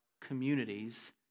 communities